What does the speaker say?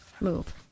move